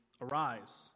Arise